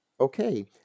Okay